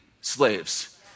slaves